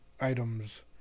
items